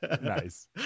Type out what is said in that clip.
Nice